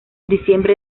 diciembre